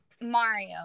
mario